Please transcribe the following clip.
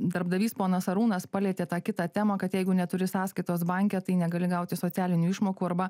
darbdavys ponas arūnas palietė tą kitą temą kad jeigu neturi sąskaitos banke tai negali gauti socialinių išmokų arba